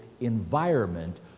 environment